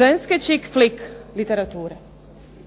"ženske čik flik" literature.